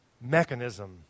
mechanism